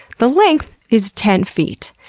the length is ten feet.